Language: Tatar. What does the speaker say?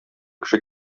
кеше